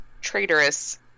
traitorous